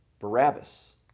Barabbas